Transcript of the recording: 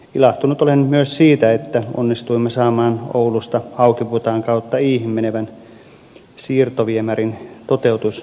ilahtunut olen myös siitä että onnistuimme saamaan oulusta haukiputaan kautta iihin menevän siirtoviemärin toteutuskohteisiin